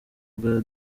bwa